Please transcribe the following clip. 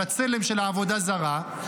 של הצלם של העבודה הזרה,